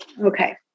Okay